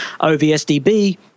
OVSDB